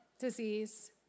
disease